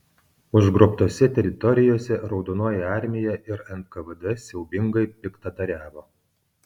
užgrobtose teritorijose raudonoji armija ir nkvd siaubingai piktadariavo